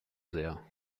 sehr